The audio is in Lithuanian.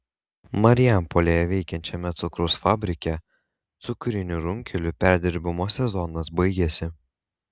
marijampolėje veikiančiame cukraus fabrike cukrinių runkelių perdirbimo sezonas baigiasi